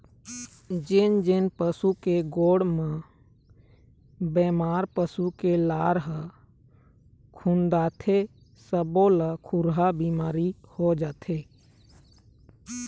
जेन जेन पशु के गोड़ म बेमार पसू के लार ह खुंदाथे सब्बो ल खुरहा बिमारी हो जाथे